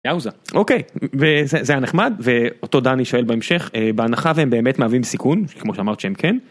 אוקיי זה היה נחמד ואותו דני שואל בהמשך בהנחה והם באמת מהווים סיכון כמו שאמרת שהם כן.